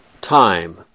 time